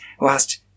whilst